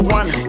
one